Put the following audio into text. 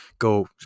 go